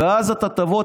ואז אתה תבוא,